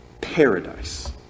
Paradise